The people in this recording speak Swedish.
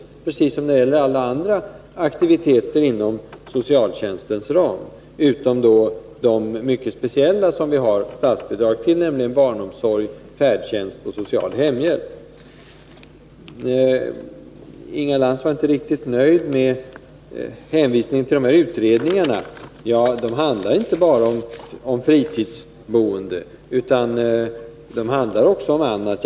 Det är precis som när det gäller alla andra aktiviteter inom socialtjänstens ram, utom de mycket speciella aktiviteter till vilka statsbidrag utgår: barnomsorg, färdtjänst och social hemhjälp. Inga Lantz var inte riktigt nöjd med hänvisningen till de här utredningarna. Ja, utredningarna gäller inte bara fritidsboende utan också annat.